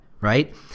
right